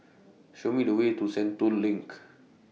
Show Me The Way to Sentul LINK